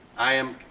i am